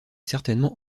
certainement